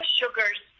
sugars